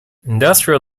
industrial